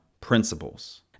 principles